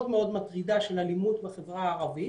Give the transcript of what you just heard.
מאוד מטרידה של אלימות בחברה הערבית